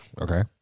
Okay